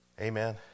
Amen